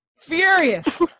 furious